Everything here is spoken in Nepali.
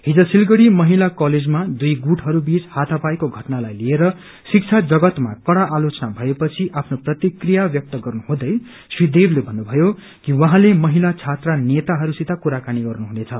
हिज सिलगढ़ी महिला कलेजमा दुइ गुटहरू बीच हाथापाईको घटनालाई लिएर शिक्षा जगतमा कड़ा आलोचना भए पछि आफ्नो प्रतिकिया व्यक्त गर्नुहुँदै श्री देवले भन्नुभयो कि उहाँले महिला छात्र नेताहरूसित क्राकानी गर्नुहुनेछ